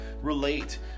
relate